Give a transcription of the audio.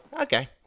okay